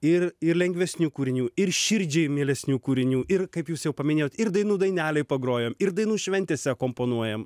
ir ir lengvesnių kūrinių ir širdžiai mielesnių kūrinių ir kaip jūs jau paminėjot ir dainų dainelėj pagrojam ir dainų šventėse akompanuojam